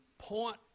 point